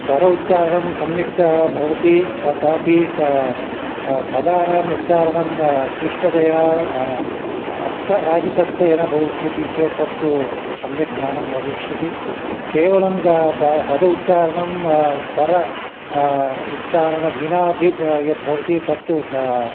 स्वरोच्चारणं सम्यक् त भवति तदापि क पदानाम् उच्चारणं क्लिष्टतया अर्थरहितत्वेन भविष्यति चेत् तत्तु सम्यक् ज्ञानं न भविष्यति केवलं ग प पदोच्चारणं स्वरोच्चारणेन विना अपि यत् भवति तत् तु ग